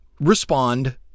respond